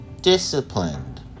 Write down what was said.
Disciplined